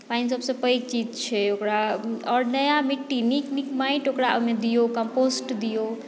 पानि सभसँ पैघ चीज छै ओकरा आओर नया मिट्टी नीक मि माटि ओकरामे दियौ कम्पोस्ट दियौ